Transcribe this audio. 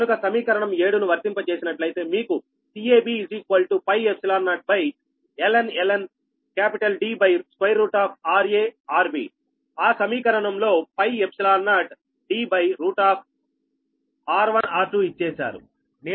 కనుక సమీకరణం 7 ను వర్తింప చేసినట్లయితే మీకు CAB 0ln DrArB ఆ సమీకరణంలో π0 Dr1r2ఇచ్చేశారు